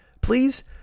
please